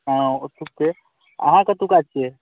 हँ ओतुक्के अहाँ कतुक्का छियै